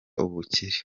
ubukire